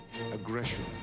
aggression